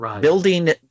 Building